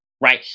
right